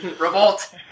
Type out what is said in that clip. revolt